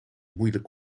moeilijk